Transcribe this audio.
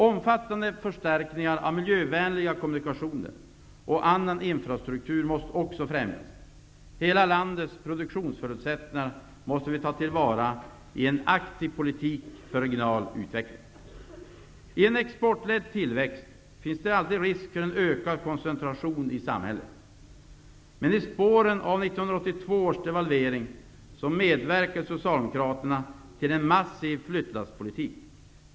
Omfattande förstärkningar av miljövänliga kommunikationer och annan infrastruktur måste främjas. Hela landets produktionsförutsättningar måste tas till vara i en aktiv politik för regional utveckling. I en exportledd tillväxt finns alltid risk för ökad koncentration i samhället. I spåren efter 1982 års devalvering medverkade socialdemokraterna till en massiv flyttlasspolitik.